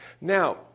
Now